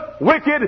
wicked